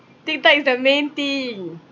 tiktok is the main thing